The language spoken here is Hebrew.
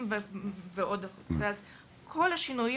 וכל השינויים,